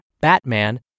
Batman